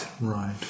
right